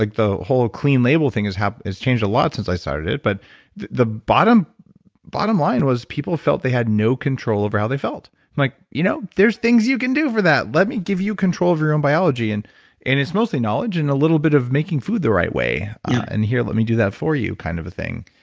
like the whole clean label thing has changed a lot since i started it, but the the bottom bottom line was people felt they had no control over how they felt. i'm like you know, there's things you can do for that. let me give you control of your own biology. and and it's mostly knowledge and a little bit of making food the right way, and here, let me do that for you kind of a thing.